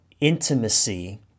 intimacy